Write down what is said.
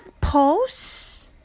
pose